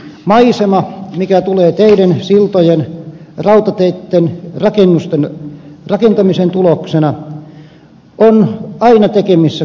maisema joka tulee teiden siltojen rautateitten rakennusten rakentamisen tuloksena on aina tekemisissä kulttuurin kanssa